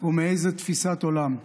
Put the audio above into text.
או מאיזו תפיסת עולם,